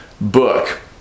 book